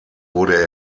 wurde